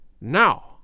Now